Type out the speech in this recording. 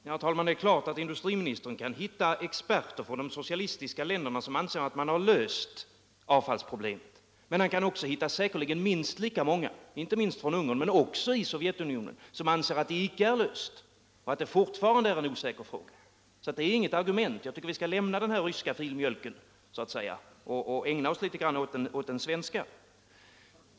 Herr talman! Det är klart att industriministern kan hitta experter från de socialistiska länderna som anser att man har löst avfallsproblemet, men han kan säkerligen hitta minst lika många, inte minst från Ungern utan också från Sovjetunionen, som anser att problemet icke är löst utan att det fortfarande är en osäker fråga. Detta är alltså inget argument. Jag tycker att vi äntligen skall lämna den ryska filmjölken och ägna oss litet grand åt den svenska.